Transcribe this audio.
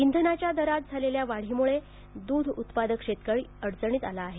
इंधनाच्या दरात झालेल्या वाढीमुळे दूध उत्पादक शेतकरी अडचणीत आला आहे